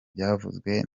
byavuzwe